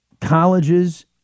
colleges